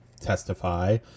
testify